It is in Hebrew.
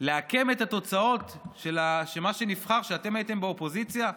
לעקם את התוצאות של מה שנבחר כשאתם הייתם באופוזיציה?